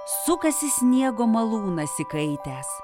sukasi sniego malūnas įkaitęs